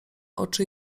oczy